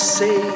say